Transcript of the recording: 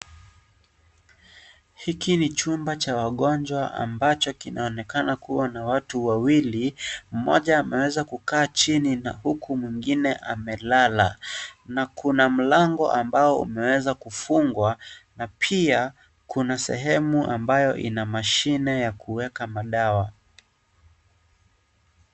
Hiki ni chumba cha wagonjwa ambacho kinaonekana kuwa na watu wawili, mmoja ameweza kukaa chini na huku mwingine amelala na kuna mlango ambao umeweza kufungwa na pia kuna sehemu ambayo ina mashine ya kuweka madawa.